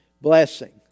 blessing